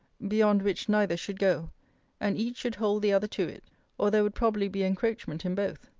beyond which neither should go and each should hold the other to it or there would probably be encroachment in both.